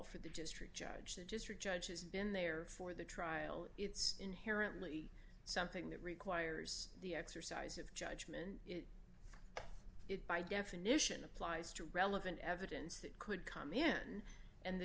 for the district judge the district judge has been there for the trial it's inherently something that requires the exercise of judgment it by definition applies to relevant evidence that could come in and the